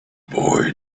boy